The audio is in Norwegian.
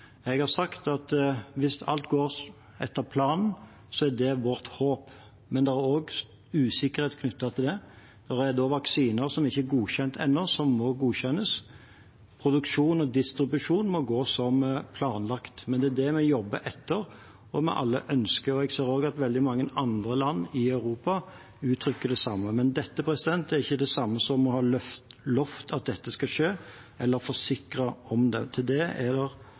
Jeg har sagt at hvis alt går etter planen, er det vårt håp. Men det er også usikkerhet knyttet til det, det er vaksiner som ikke er godkjent ennå, som må godkjennes, og produksjon og distribusjon må gå som planlagt. Det er det vi jobber etter og vi alle ønsker, og jeg ser at veldig mange andre land i Europa uttrykker det samme, men det er ikke det samme som å ha lovet at dette skal skje, eller forsikret om det. Til det er